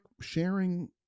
sharing